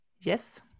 Yes